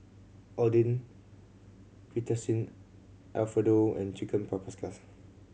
Oden Fettuccine Alfredo and Chicken Paprikas